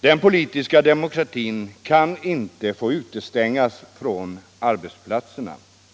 Den politiska demokratin kan inte få utestängas från arbetsplatserna.